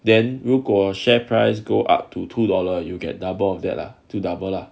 then 如果 share price go up to two dollar you get double of that lor to double lah